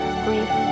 grief